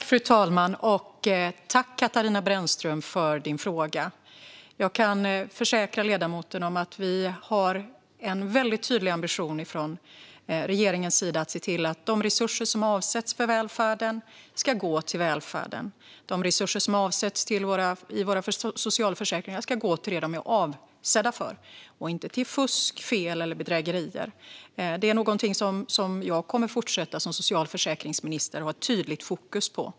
Fru talman! Tack, Katarina Brännström, för din fråga! Jag kan försäkra ledamoten om att vi från regeringens sida har en väldigt tydlig ambition att se till att de resurser som avsätts för välfärden ska gå dit. De resurser som avsätts för våra socialförsäkringar ska gå till det de är avsedda för och inte till fusk, fel eller bedrägerier. Detta kommer jag som socialförsäkringsminister att fortsätta att ha ett tydligt fokus på.